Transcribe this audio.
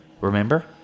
Remember